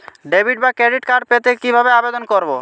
Debit বা credit card পেতে কি ভাবে আবেদন করব?